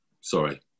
sorry